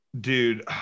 Dude